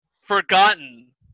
forgotten